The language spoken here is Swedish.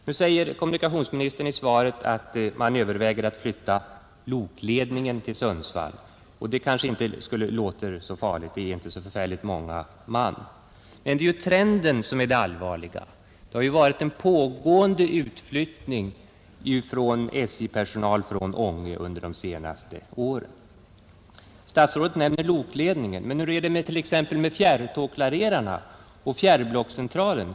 Nu säger kommunikationsministern i svaret att man överväger att flytta lokledningen till Sundsvall och det kanske inte låter så farligt. Det är ju inte så förfärligt många man. Men det är trenden som är det allvarliga. Det har ju varit en fortgående utflyttning av SJ-personal från Ånge under de senaste åren. Statsrådet nämner lokledningen, men hur är det t.ex. med fjärrtågklarerarna och med fjärrblockeringscentralen?